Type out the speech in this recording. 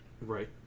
Right